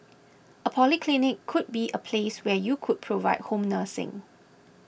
a polyclinic could be a place where you could provide home nursing